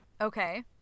Okay